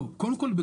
קודם כל,